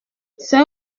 c’est